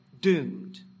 doomed